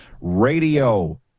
Radio